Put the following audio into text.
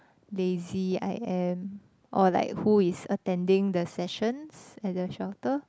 lazy I am or like who is attending the sessions at the shelter